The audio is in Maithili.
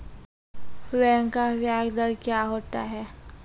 बैंक का ब्याज दर क्या होता हैं?